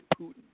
Putin